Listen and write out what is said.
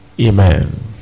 Amen